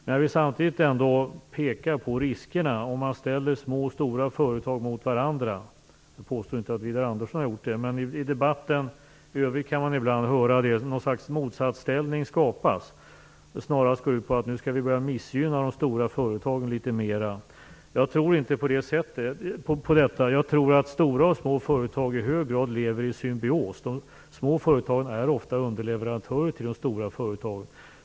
Men jag vill samtidigt ändå peka på riskerna med att ställa små och stora företag mot varandra. Jag påstår inte att Widar Andersson har gjort det, men man kan ibland i den övriga debatten höra att det skapas ett slags motsatsställning, som snarast går ut på att vi nu skall börja missgynna de stora företagen litet mera. Jag tror inte på detta. Jag tror att stora och små företag i hög grad lever i symbios. De små företagen är ofta underleverantörer till de stora företagen.